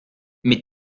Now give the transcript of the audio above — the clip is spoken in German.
mit